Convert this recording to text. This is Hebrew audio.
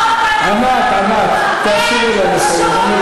ענת, תאפשרי לה לסיים.